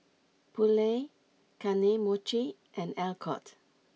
Poulet Kane Mochi and Alcott